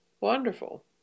wonderful